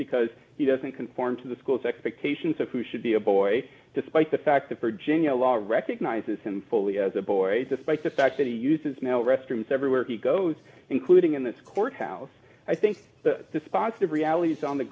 because he doesn't conform to the school's expectations of who should be a boy despite the fact that virginia law recognizes him fully as a boy despite the fact that he uses now restrooms everywhere he goes including in this courthouse i think dispositive realities on the